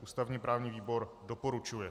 Ústavněprávní výbor doporučuje.